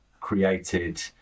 created